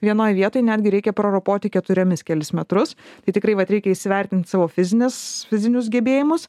vienoj vietoj netgi reikia praropoti keturiomis kelis metrus tai tikrai vat reikia įsivertint savo fizines fizinius gebėjimus